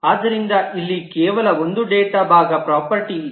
ಆದ್ದರಿಂದ ಇಲ್ಲಿ ಕೇವಲ ಒಂದು ಡೇಟಾ ಭಾಗ ಪ್ರಾಪರ್ಟೀ ಇದೆ